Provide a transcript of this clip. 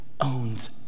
owns